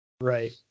Right